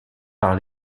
par